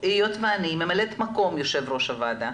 ואני ממלאת מקום יושב-ראש הוועדה,